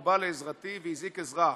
והוא בא לעזרתי והזעיק עזרה.